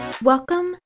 Welcome